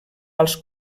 alts